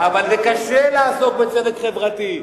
אבל קשה לעסוק בצדק חברתי,